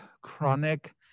chronic